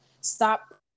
stop